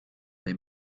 they